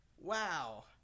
Wow